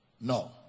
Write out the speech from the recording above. No